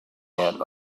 out